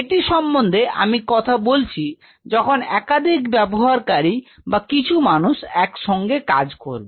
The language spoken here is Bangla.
এটি সম্বন্ধে আমি কথা বলছি যখন একাধিক ব্যবহারকারী বা কিছু মানুষ একসঙ্গে কাজ করবে